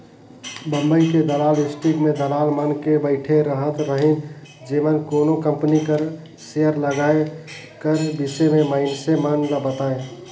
बंबई के दलाल स्टीक में दलाल मन बइठे रहत रहिन जेमन कोनो कंपनी कर सेयर लगाए कर बिसे में मइनसे मन ल बतांए